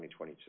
2022